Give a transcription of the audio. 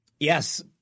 Yes